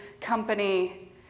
company